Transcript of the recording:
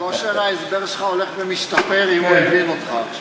כושר ההסבר שלך הולך ומשתפר אם הוא הבין אותך עכשיו.